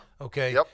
Okay